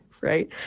Right